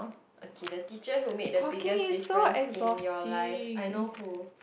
okay the teacher who make the biggest difference in your life I know who